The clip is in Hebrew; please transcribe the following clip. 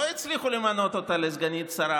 לא הצליחו למנות אותה לסגנית שרה,